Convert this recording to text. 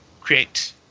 create